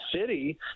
city